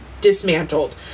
dismantled